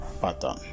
pattern